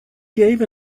gave